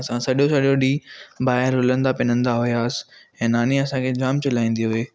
असां सॼो सॼो ॾींहं ॿाहिरि रुलंदा पिनंदा हुआसीं नानी असां ते जाम चिलाईंदी हुई